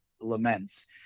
laments